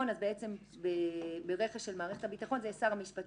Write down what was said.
אז ברכש של מערכת הביטחון זה יהיה "שר המשפטים